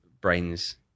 Brains